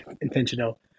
intentional